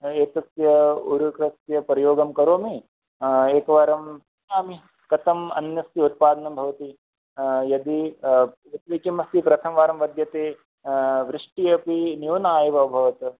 एतस्य ऊरुकस्य प्रयोगं करोमि एकवारं पश्यामि कतम् अन्नस्य उत्पादनं भवति यदि यतो हि किम् अस्ति प्रथमवारं वद्यते वृष्टि अपि न्यूना एव अभवत्